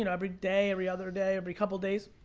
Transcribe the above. and every day, every other day, every couple days.